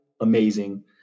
Amazing